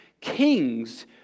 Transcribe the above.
Kings